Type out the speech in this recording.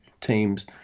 teams